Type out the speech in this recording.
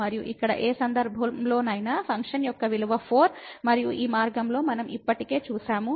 మరియు ఇక్కడ ఏ సందర్భంలోనైనా ఫంక్షన్ యొక్క విలువ 4 మరియు ఈ మార్గంలో మనం ఇప్పటికే దీని విలువ 4 అని చూశాము